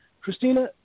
Christina